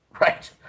Right